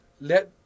let